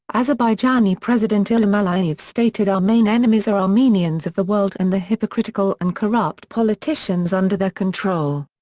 azerbaijani president ilham aliyev stated our main enemies are armenians of the world and the hypocritical and corrupt politicians under their control.